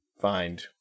find